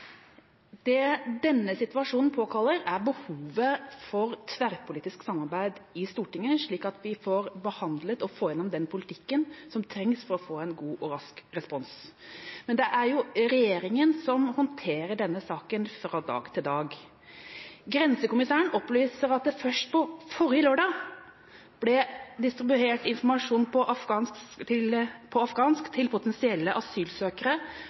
Det denne situasjonen påkaller, er behovet for tverrpolitisk samarbeid i Stortinget, slik at vi får behandlet og får igjennom den politikken som trengs for å få en god og rask respons. Men det er regjeringa som håndterer denne saken fra dag til dag. Grensekommissæren opplyser at det først forrige lørdag ble distribuert informasjon på afghansk til potensielle asylsøkere på